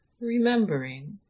remembering